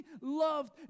loved